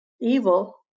evil